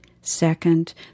second